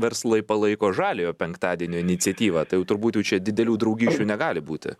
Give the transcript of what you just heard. verslai palaiko žaliojo penktadienio iniciatyvą tai jau turbūt jau čia didelių draugysčių negali būti